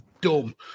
dumb